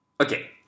Okay